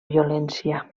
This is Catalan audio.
violència